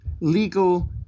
legal